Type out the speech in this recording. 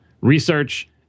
research